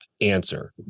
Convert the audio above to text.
answer